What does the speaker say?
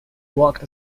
worked